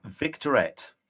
victorette